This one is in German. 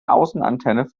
außenantenne